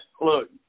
Look